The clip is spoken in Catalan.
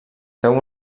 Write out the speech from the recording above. feu